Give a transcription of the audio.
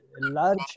large